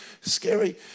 scary